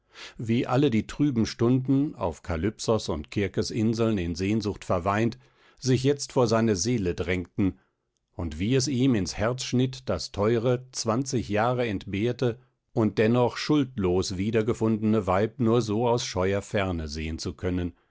wie alle die trüben stunden auf kalypsos und kirkes inseln in sehnsucht verweint sich jetzt vor seine seele drängten und wie es ihm ins herz schnitt das teure zwanzig jahre entbehrte und dennoch schuldlos wieder gefundene weib nur so aus scheuer ferne sehen zu können